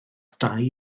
dau